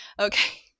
Okay